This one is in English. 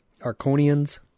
Arconians